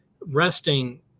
resting